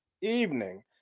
evening